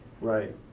Right